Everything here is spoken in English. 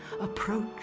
Approach